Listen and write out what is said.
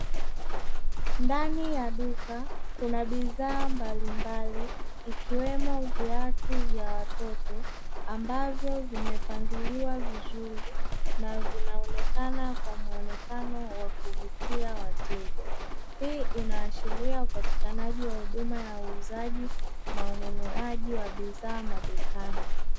Ndani ya duka kuna bidhaa mbalimbali ikiwemo viatu vya watoto, ambavyo vimepangiliwa vizuri na vinaonekana kwa muonekano wa kuvutia wateja. Hii inaashiria upatikanaji wa huduma wa uuzaji na ununuaji wa bidhaa madukani.